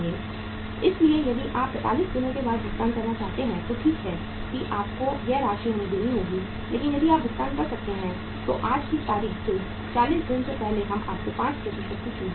इसलिए यदि आप 45 दिनों के बाद भुगतान करना चाहते हैं तो ठीक है कि आपको यह राशि हमें देनी होगी लेकिन यदि आप भुगतान कर सकते हैं तो आज की तारीख से 40 दिन पहले हम आपको 5 की छूट देंगे